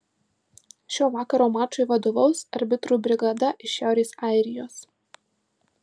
šio vakaro mačui vadovaus arbitrų brigada iš šiaurės airijos